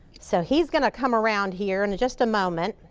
so he's going to come around here in just a moment.